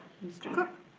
mr. cook.